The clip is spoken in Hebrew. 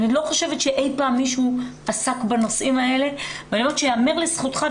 אני לא חושבת שאי פעם מישהו עסק בנושאים האלה וייאמר לזכותך,